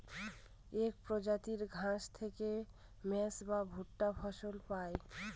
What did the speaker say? এক প্রজাতির ঘাস থেকে মেজ বা ভুট্টা ফসল পায়